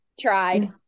Tried